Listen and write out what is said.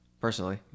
personally